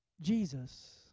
Jesus